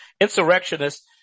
insurrectionists